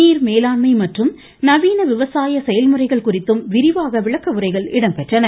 நீர்மேலாண்மை மற்றும் நவீன விவசாய செயல்முறைகள குறித்தும் விரிவாக விளக்க உரைகள் இடம்பெற்றன